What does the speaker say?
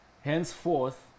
Henceforth